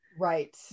Right